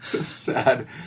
Sad